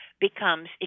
becomes